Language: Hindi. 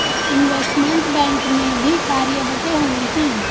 इनवेस्टमेंट बैंक में भी कार्य बंटे हुए हैं